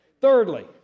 Thirdly